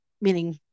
meaning